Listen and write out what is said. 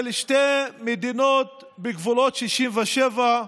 של שתי מדינות בגבולות 67',